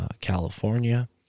California